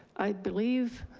i believe,